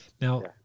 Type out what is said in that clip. now